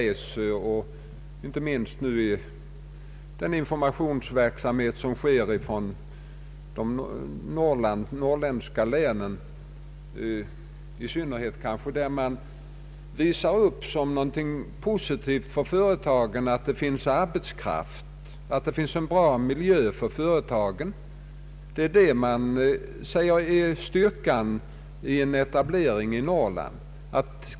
Genom den informationsverksamhet som bedrivs i synnerhet av de norrländska länen visar man upp för företagen att det i skogslänen finns arbetskraft och att det finns en bra miljö för företagen. Man anför att det är styrkan med en etablering i Norrland.